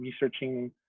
researching